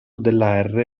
della